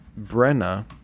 Brenna